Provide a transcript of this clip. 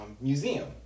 museum